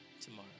tomorrow